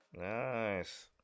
nice